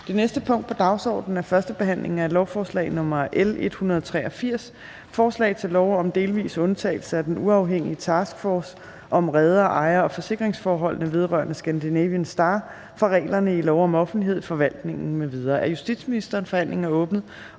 Det næste punkt på dagsordenen er: 6) 1. behandling af lovforslag nr. L 183: Forslag til lov om delvis undtagelse af den uafhængige task force om reder-, ejer- og forsikringsforholdene vedrørende Scandinavian Star fra reglerne i lov om offentlighed i forvaltningen m.v. Af justitsministeren (Nick Hækkerup).